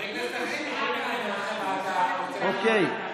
חברי כנסת אחרים יכולים לבקש ועדה, אוקיי,